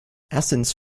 essence